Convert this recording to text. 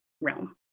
realm